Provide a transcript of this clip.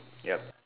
yup